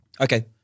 Okay